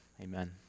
Amen